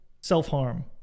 self-harm